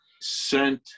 sent